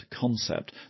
concept